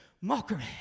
mockery